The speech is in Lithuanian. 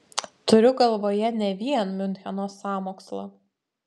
turiu galvoje ne vien miuncheno sąmokslą